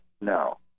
No